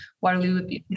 Waterloo